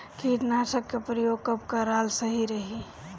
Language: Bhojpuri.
कीटनाशक के प्रयोग कब कराल सही रही?